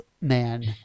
Man